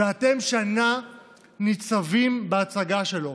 ואתם שנה ניצבים בהצגה שלו.